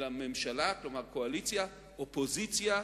אלא ממשלה, כלומר קואליציה, אופוזיציה,